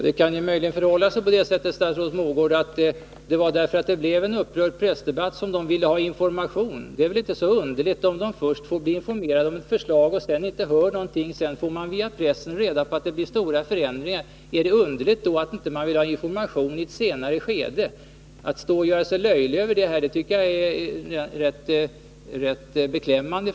Herr talman! Det kan möjligen förhålla sig på det sättet, statsrådet Mogård, att det var därför att det blev en upprörd pressdebatt som de socialdemokratiska ledamöterna ville ha information. Om de först skall få bli informerade om ett förslag och sedan inte hör någonting utan via pressen får veta att det blir stora förändringar, är det då underligt att de vill ha information i ett senare skede? Att statsrådet står och gör sig lustig över detta tycker jag är rätt beklämmande.